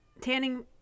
Tanning